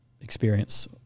experience